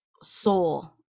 soul